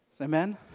Amen